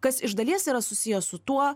kas iš dalies yra susiję su tuo